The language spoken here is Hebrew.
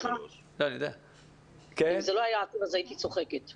אם זה לא היה עצוב אז הייתי צוחקת.